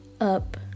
up